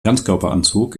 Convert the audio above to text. ganzkörperanzug